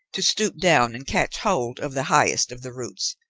to stoop down and catch hold of the highest of the roots,